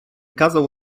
kazał